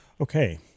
Okay